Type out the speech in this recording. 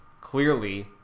clearly